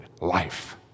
life